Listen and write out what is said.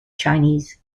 chinese